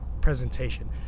presentation